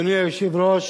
אדוני היושב-ראש,